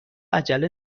عجله